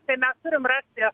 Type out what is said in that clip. tai mes turim rasti